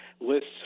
lists